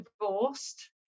divorced